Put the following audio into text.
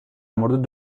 مورد